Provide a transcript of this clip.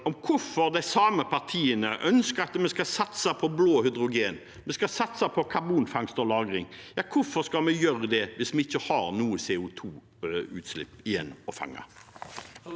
om hvorfor de samme partiene ønsker at vi skal satse på blått hydrogen, og at vi skal satse på karbonfangst og -lagring. Hvorfor skal vi gjøre det hvis vi ikke har CO2-utslipp igjen å fange?